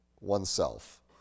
oneself